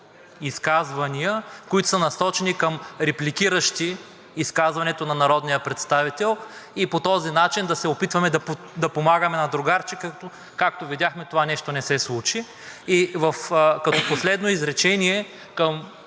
изказвания, които са насочени към репликиращи изказването на народния представител, и по този начин да се опитваме да помагаме на другарче. Както видяхме, това нещо не се случи. Последно изречение към